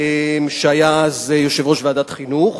שהיה אז יושב-ראש ועדת החינוך.